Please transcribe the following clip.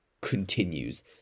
continues